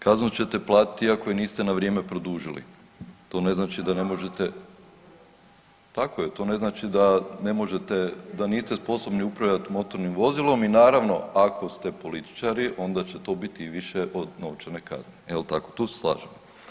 Kaznu ćete platiti i ako je niste na vrijeme produžili, to ne znači da ne možete ... [[Upadica se ne razumije.]] tako je, to ne znači da niste sposobni upravljati motornim vozilom i naravno ako ste političari onda će to biti i više od novčane kazne, jel tako, tu se slažemo.